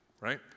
Right